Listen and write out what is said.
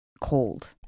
cold